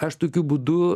aš tokiu būdu